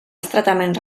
estretament